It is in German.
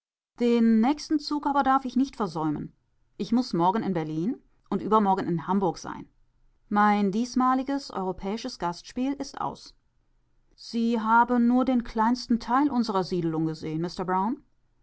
den nächsten zug aber darf ich nicht versäumen ich muß morgen in berlin und übermorgen in hamburg sein mein diesmaliges europäisches gastspiel ist aus sie haben nur den kleinsten teil unserer siedelung gesehen mister